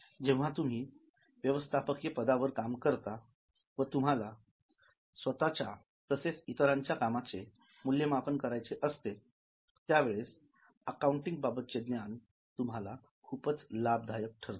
जेव्हा तुम्ही व्यवस्थापकीय पदावर काम करता व तुम्हाला स्वतःच्या तसेच इतरांच्या कामाचे मूल्यमापन करायचे असते त्यावेळेस अकाउंटिंग बाबतचे ज्ञान तुम्हाला खूप लाभदायक ठरते